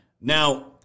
Now